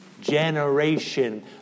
generation